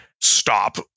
Stop